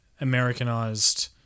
Americanized